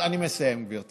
אני מבין שזה כבד מדי,